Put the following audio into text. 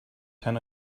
ten